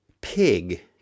Pig